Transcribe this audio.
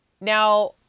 now